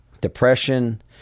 depression